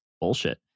bullshit